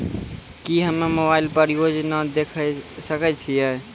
की हम्मे मोबाइल पर योजना देखय सकय छियै?